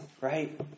right